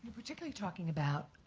ah particularly talking about